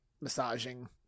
massaging